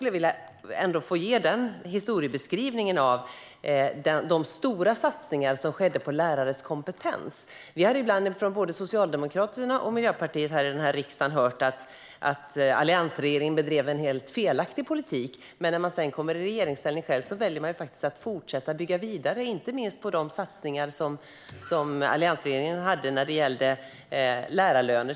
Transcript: Jag vill därför ge en historiebeskrivning av de stora satsningar som gjordes på lärares kompetens. Vi har från både socialdemokrater och miljöpartister här i riksdagen hört att alliansregeringen drev en helt felaktig politik. När de sedan själva kom i regeringsställning har de valt att bygga vidare på inte minst de satsningar som alliansregeringen gjorde på till exempel lärarlöner.